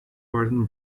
gordon